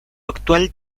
actual